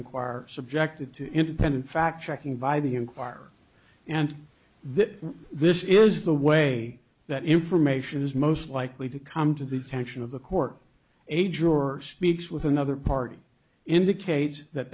inquirer subjected to independent fact checking by the enquirer and that this is the way that information is most likely to come to the tension of the court a juror speaks with another party indicates that